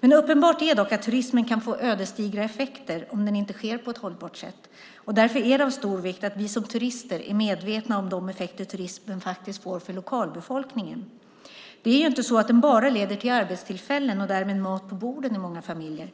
Uppenbart är dock att turismen kan få ödesdigra effekter om den inte sker på ett hållbart sätt. Därför är det av stor vikt att vi som turister är medvetna om de effekter turismen faktiskt får för lokalbefolkningen. Det är inte så att den bara leder till arbetstillfällen och därmed mat på borden i många familjer.